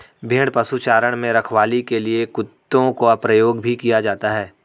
भेड़ पशुचारण में रखवाली के लिए कुत्तों का प्रयोग भी किया जाता है